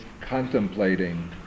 contemplating